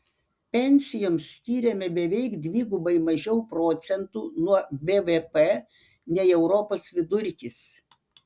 pensijoms skiriame beveik dvigubai mažiau procentų nuo bvp nei europos vidurkis